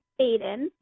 Aiden